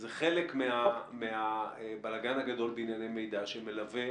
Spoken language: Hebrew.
זה חלק מהבלגן הגדול בענייני המידע שמלווה